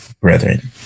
brethren